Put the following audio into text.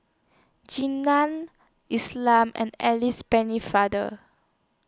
Jean Nam Islam and Alice Pennefather